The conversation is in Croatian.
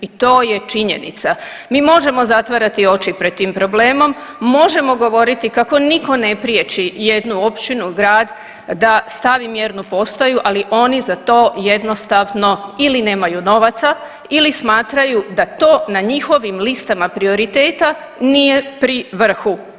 I to je činjenica, mi možemo zatvarati oči pred tim problemom, možemo govoriti kako nitko ne priječi jednu općinu ili grad da stavi mjernu postaju, ali oni za to jednostavno ili nemaju novaca ili smatraju da to na njihovim listama prioriteta nije pri vrhu.